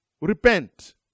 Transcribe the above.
repent